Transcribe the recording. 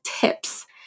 tips